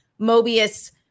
Mobius